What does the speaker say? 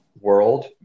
world